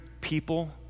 people